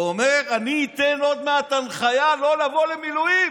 אומר: אני אתן עוד מעט הנחיה לא לבוא למילואים.